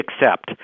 accept